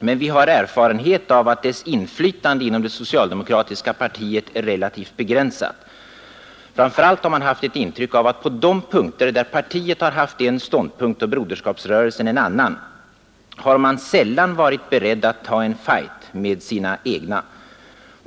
Men vi har erfarenhet av att dess inflytande inom det socialdemokratiska partiet är relativt begränsat; framför allt har man haft ett intryck av att på de punkter där partiet haft en ståndpunkt och broderskapsrörelsen en annan har man sällan varit beredd att ta en fight med sina egna.